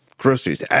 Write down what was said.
groceries